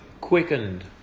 quickened